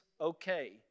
okay